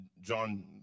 John